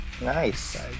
Nice